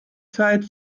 zeit